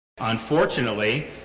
Unfortunately